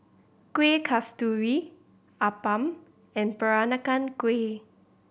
Kueh Kasturi appam and Peranakan Kueh